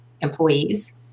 employees